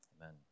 Amen